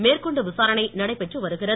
மேற்கொண்டு விசாரணை நடைபெற்று வருகிறது